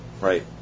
Right